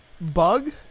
bug